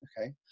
Okay